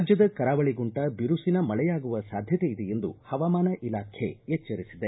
ರಾಜ್ಯದ ಕರಾವಳಿಗುಂಟ ಬಿರುಸಿನ ಮಳೆಯಾಗುವ ಸಾಧ್ಯತೆ ಇದೆ ಎಂದು ಹವಾಮಾನ ಇಲಾಖೆ ಎಚ್ವರಿಸಿದೆ